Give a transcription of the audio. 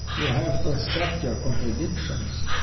you have to accept your contradictions,